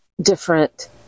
different